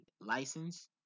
license